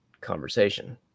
conversation